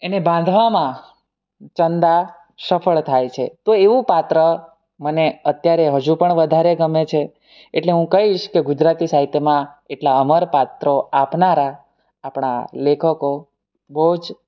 એને બાંધવામાં ચંદા સફળ થાય છે તો એવું પાત્ર મને અત્યારે હજુ પણ વધારે ગમે છે એટલે હું કઈશ કે ગુજરાતી સાહિત્યમાં એટલા અમર પાત્રો આપનારા આપણા લેખકો બહુ જ